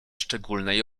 szczególnej